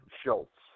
Schultz